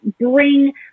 bring